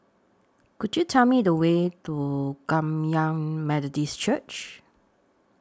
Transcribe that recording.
Could YOU Tell Me The Way to Kum Yan Methodist Church